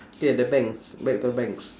K the banks back to the banks